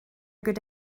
good